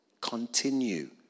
continue